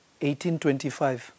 1825